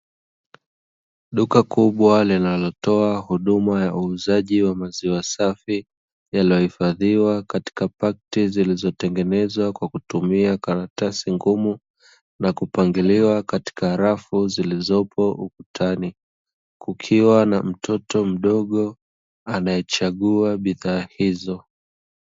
Duka kubwa linalotoa huduma ya uuzaji wa maziwa safi, yaliyohifadhiwa katika pakti zilizotengenezwa kwa kutumia karatasi ngumu, na kupangiliwa katika rafu zilizopo ukutani. Kukiwa na mtoto mdogo, anayechagua bidhaa hizo.